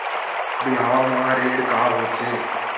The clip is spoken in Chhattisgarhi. बिहाव म ऋण का होथे?